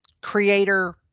creator